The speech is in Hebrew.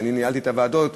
כשאני ניהלתי את הוועדות,